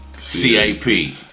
c-a-p